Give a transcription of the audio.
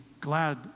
glad